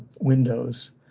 windows